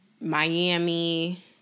Miami